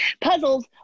puzzles